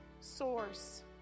source